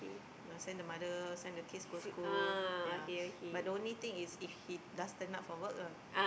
no send the mother send the kids go school yeah but the only thing is if he does turn up for work lah